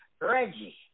Reggie